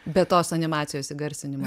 be tos animacijos įgarsinimo